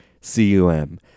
C-U-M